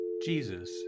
Jesus